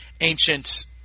ancient